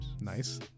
Nice